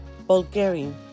Bulgarian